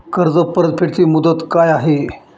कर्ज परतफेड ची मुदत काय आहे?